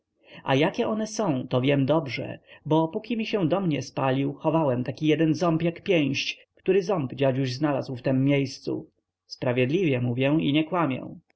a jakie one są to wiem dobrze bo póki mi się dom nie spalił chowałem taki jeden ząb jak pięść który ząb dziaduś znalazł w tem miejscu sprawiedliwie mówię i nic nie kłamę